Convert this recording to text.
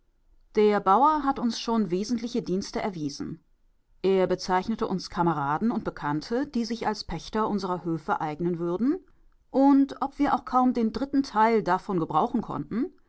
der bauer hat uns schon wesentliche dienste erwiesen er bezeichnete uns kameraden und bekannte die sich als pächter unserer höfe eignen würden und ob wir auch kaum den dritten teil davon gebrauchen konnten